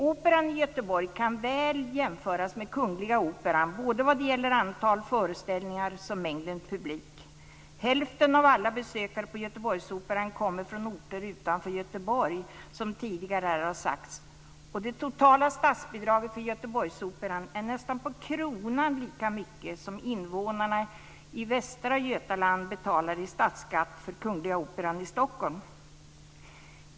Operan i Göteborg kan mycket väl jämföras med Kungliga Operan både vad gäller antal föreställningar och vad gäller mängden publik. Hälften av alla besökare på Göteborgsoperan kommer från orter utanför Göteborg, som tidigare här har sagts. Det totala statsbidraget till Göteborgsoperan uppgår till nästan på kronan lika mycket som invånarna i Västra Götaland betalar i statsskatt för Kungliga Operan i Stockholm.